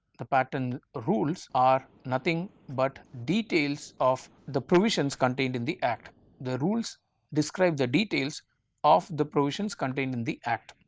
the patent rules are nothing but details of the provisions contained in the act the rules describe the details of the provisions contained in the act.